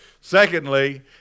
Secondly